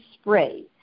spray